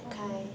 orh